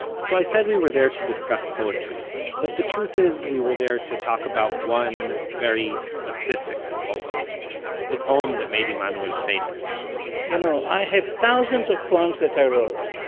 so i said we were there to discuss poetry, but the truth is we were there to talk about one, very specific, poem the poem that made emanuel famous you know, i have thousands of poems that i wrote.